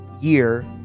year